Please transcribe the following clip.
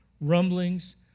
rumblings